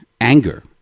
anger